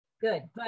good